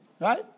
Right